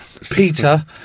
peter